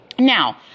Now